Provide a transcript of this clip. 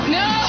no